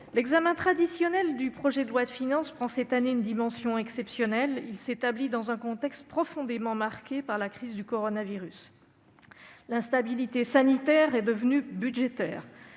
le traditionnel examen du projet de loi de finances prend cette année une dimension exceptionnelle. Il s'établit dans un contexte profondément marqué par la crise du coronavirus. L'instabilité sanitaire est devenue budgétaire.